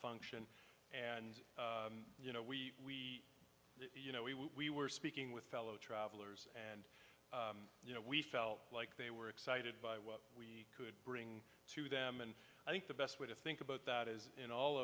function and you know we you know we we were speaking with fellow travelers and you know we felt like they were excited by what we we could bring to them and i think the best way to think about that is in all